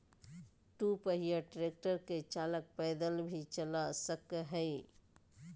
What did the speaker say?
दू पहिया ट्रेक्टर के चालक पैदल भी चला सक हई